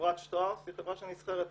חברת שטראוס היא חברה שנסחרת בבורסה.